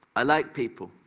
i like people.